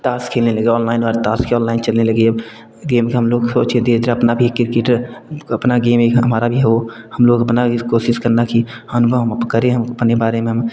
ताश खेलने लगे ऑनलाइन ताश भी ओनलाइन चलने लगे हैं गेम के लिए हम लोग सोचे थे अपना भी क्रिकेटर अपना गेम हमारा भी हो हम लोग अपनी भी कोशिश करने का अनुभव करें अपने बारे में हम